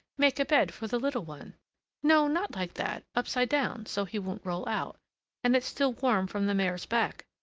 make a bed for the little one no, not like that upside-down, so he won't roll out and it's still warm from the mare's back.